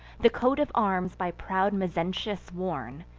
the coat of arms by proud mezentius worn,